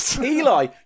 Eli